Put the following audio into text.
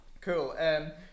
cool